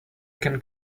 can